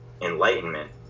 enlightenment